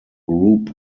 group